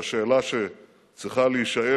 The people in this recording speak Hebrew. והשאלה שצריכה להישאל